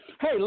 hey